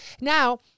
Now